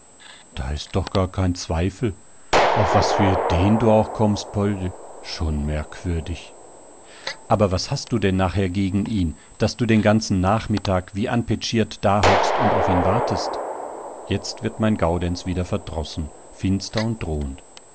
da ist doch gar kein zweifel auf was für ideen du auch kommst poldl schon merkwürdig aber was hast du denn nachher gegen ihn daß du den ganzen nachmittag wie anpetschiert dahockst und auf ihn wartest jetzt wird mein gaudenz wieder verdrossen finster und drohend